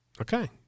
Okay